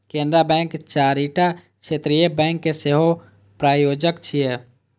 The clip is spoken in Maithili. केनरा बैंक चारिटा क्षेत्रीय बैंक के सेहो प्रायोजक छियै